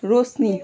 रोशनी